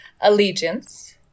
allegiance